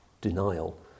denial